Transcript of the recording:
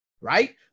right